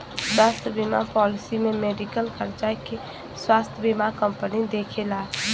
स्वास्थ्य बीमा पॉलिसी में मेडिकल खर्चा के स्वास्थ्य बीमा कंपनी देखला